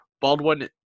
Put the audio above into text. Baldwin